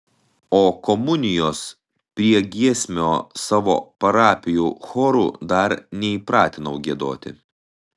o komunijos priegiesmio savo parapijų chorų dar neįpratinau giedoti